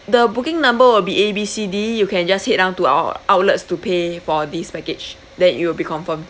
the booking number will be A B C d you can just head down to our outlets to pay for this package then it will be confirmed